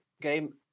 game